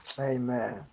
Amen